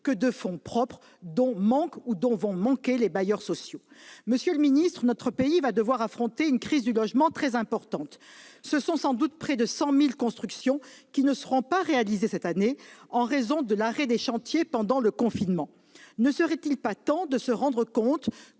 que de fonds propres que vont manquer les bailleurs sociaux. Monsieur le ministre, notre pays va devoir affronter une crise du logement très importante puisque ce sont sans doute près de 100 000 constructions qui ne seront pas réalisées cette année en raison de l'arrêt des chantiers pendant le confinement. Ne serait-il pas temps de se rendre compte